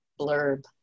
blurb